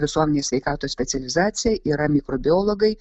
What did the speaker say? visuomenės sveikatos specializaciją yra mikrobiologai